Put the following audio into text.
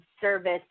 service